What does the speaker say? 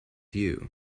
you